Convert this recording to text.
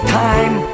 time